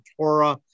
Torah